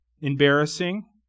embarrassing